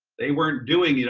they weren't doing. you know